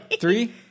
Three